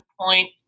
point